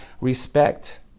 respect